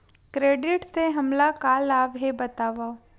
Credit से हमला का लाभ हे बतावव?